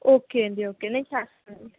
okay అండి okay నేను చేస్తాను